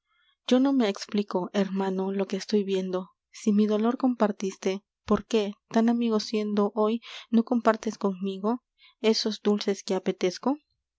yo no me explico hermano lo que estoy viendo si m i dolor compartiste por qué tan amigo siendo hoy no compartes conmigo esos dulces que apetezco